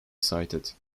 cited